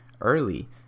early